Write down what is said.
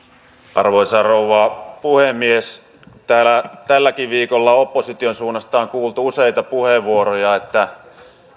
arvoisa rouva puhemies täällä tälläkin viikolla opposition suunnasta on kuultu useita puheenvuoroja siitä että